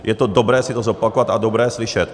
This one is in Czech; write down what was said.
Je dobré si to zopakovat a dobré slyšet.